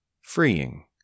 freeing